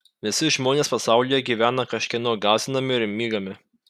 visi žmonės pasaulyje gyvena kažkieno gąsdinami ir mygami